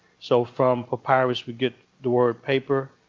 so from papyrus, we get the word paper.